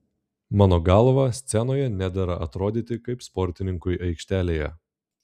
mano galva scenoje nedera atrodyti kaip sportininkui aikštelėje